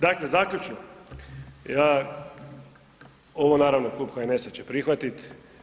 Dakle zaključno, ja, ovo naravno Klub HNS-a će prihvatit.